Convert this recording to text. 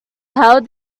how